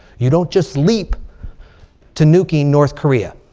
you don't just leap to nuking north korea.